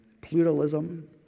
pluralism